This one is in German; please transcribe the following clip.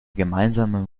gemeinsamen